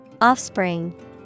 Offspring